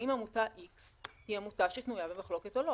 האם עמותה איקס היא עמותה ששנויה במחלוקת או לא?